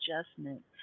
adjustment